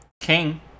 king